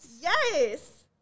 Yes